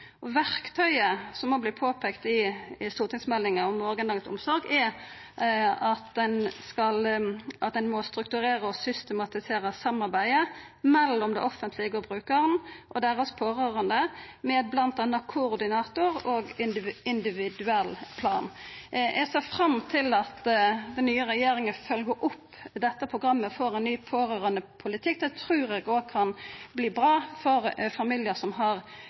Verktøyet – noko som òg vert påpeikt i stortingsmeldinga Morgendagens omsorg – er at ein må strukturera og systematisera samarbeidet mellom det offentlege og brukaren og deira pårørande, med bl.a. koordinator og individuell plan. Eg ser fram til at den nye regjeringa følgjer opp dette programmet for ein ny pårørandepolitikk. Det trur eg òg kan verta bra for familiar som har